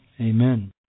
Amen